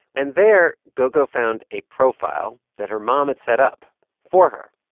and there, gougou found a profile that her mom had set up for her.